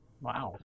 Wow